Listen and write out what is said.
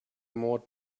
more